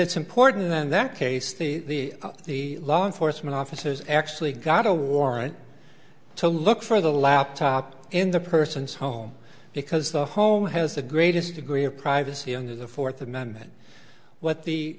it's important in that case the law enforcement officers actually got a warrant to look for the laptop in the person's home because the home has the greatest degree of privacy under the fourth amendment what the